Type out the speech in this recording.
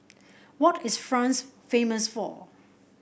what is France famous for